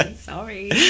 Sorry